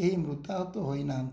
କେହି ମୃତାହତ ହେଇନାହାନ୍ତି